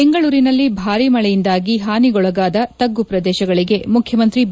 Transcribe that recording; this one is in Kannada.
ಬೆಂಗಳೂರಿನಲ್ಲಿ ಭಾರಿ ಮಳೆಯಿಂದಾಗಿ ಹಾನಿಗೊಳಗಾದ ತಗ್ಗು ಪ್ರದೇಶಗಳಿಗೆ ಮುಖ್ಯಮಂತ್ರಿ ಬಿ